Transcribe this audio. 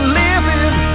living